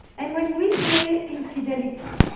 and when we say infidelity,